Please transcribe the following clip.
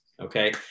okay